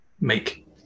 make